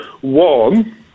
one